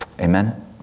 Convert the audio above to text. Amen